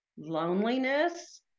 loneliness